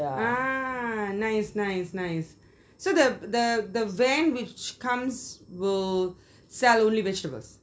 ah nice nice nice so the the the van which comes will sell only vegetables